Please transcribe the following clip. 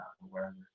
wherever